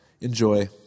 Enjoy